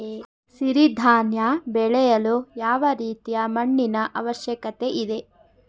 ಸಿರಿ ಧಾನ್ಯ ಬೆಳೆಯಲು ಯಾವ ರೀತಿಯ ಮಣ್ಣಿನ ಅವಶ್ಯಕತೆ ಇದೆ?